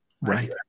Right